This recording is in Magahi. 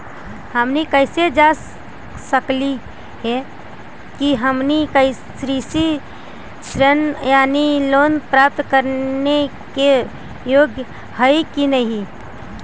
हमनी कैसे जांच सकली हे कि हमनी कृषि ऋण यानी लोन प्राप्त करने के योग्य हई कि नहीं?